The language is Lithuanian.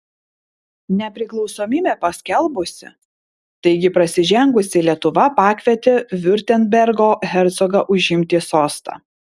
nepriklausomybę paskelbusi taigi prasižengusi lietuva pakvietė viurtembergo hercogą užimti sostą